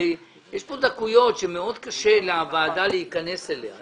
הרי יש כאן דקויות שמאוד קשה לוועדה להיכנס אליהן.